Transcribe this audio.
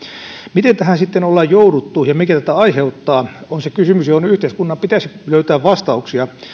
miten tähän sitten ollaan jouduttu ja mikä tätä aiheuttaa on se kysymys johon yhteiskunnan pitäisi löytää vastauksia